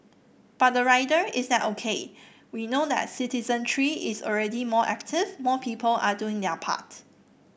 but the rider is that O K we know that citizenry is already more active more people are doing their part